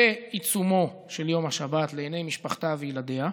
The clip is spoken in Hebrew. בעיצומו של יום השבת, לעיני משפחתה וילדיה,